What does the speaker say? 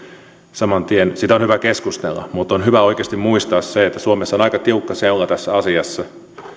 saman tien siitä on hyvä keskustella mutta on hyvä oikeasti muistaa se että suomessa on aika tiukka seula tässä asiassa